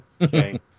Okay